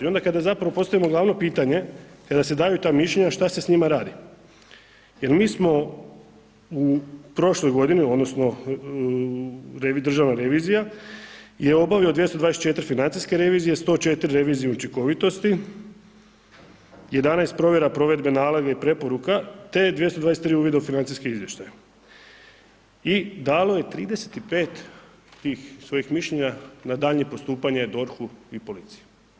I onda kada zapravo postavimo glavno pitanje, kada se daju ta mišljenja šta se s njima radi, jer mi smo u prošloj godini odnosno državna revizija je obavio 224 financijske revizije, 104 revizije učinkovitosti, 11 provjera provedbe naloga i preporuka te 223 uvida u financijske izvještaje i dalo je 35 tih svojih mišljenja na daljnje postupanje DORH-u i policiji.